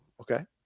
Okay